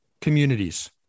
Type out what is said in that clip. communities